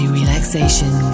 relaxation